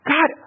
God